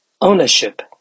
ownership